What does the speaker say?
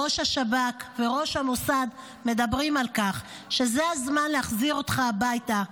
ראש השב"כ וראש המוסד מדברים על כך שזה הזמן להחזיר אותך הביתה,